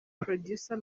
producer